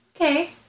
Okay